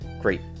great